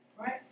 right